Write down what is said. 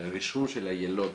שרישום של היילוד